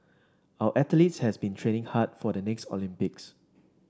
our athletes has been training hard for the next Olympics